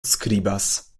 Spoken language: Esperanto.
skribas